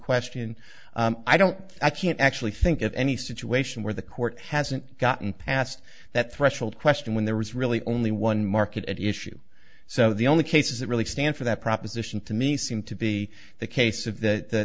question i don't i can't actually think of any situation where the court hasn't gotten past that threshold question when there was really only one market at issue so the only cases that really stand for that proposition to me seem to be the case of th